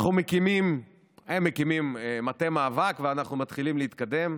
הם מקימים מטה מאבק, ואנחנו מתחילים להתקדם.